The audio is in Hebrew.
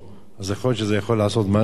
אז יכול להיות שזה יכול לעשות משהו, אולי,